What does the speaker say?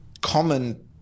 common